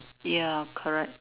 ya correct